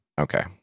Okay